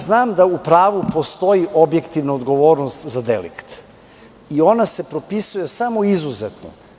Znam da u pravu postoji objektivna odgovornost za delikt i ona se propisuje samo izuzetno.